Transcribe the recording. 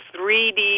3D